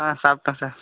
ஆ சாப்பிட்டன் சார்